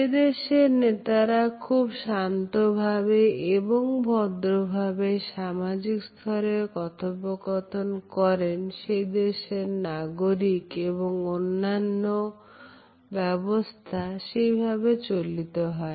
যে দেশের নেতারা খুব শান্ত ভাবে এবং ভদ্রভাবে সামাজিক স্তরে কথোপকথন করেন সেই দেশের নাগরিক এবং অন্যান্য ব্যবস্থা সেইভাবে চলিত হয়